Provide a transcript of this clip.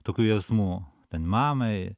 tokių jausmų ten mamai